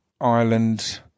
Ireland